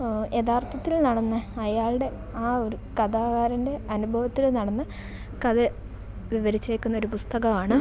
യഥാർത്ഥത്തിൽ നടന്ന അയാളുടെ ആ ഒരു കഥാകാരൻ്റെ അനുഭവത്തിൽ നടന്ന കഥ വിവരിച്ചേക്കുന്നൊരു പുസ്തകമാണ്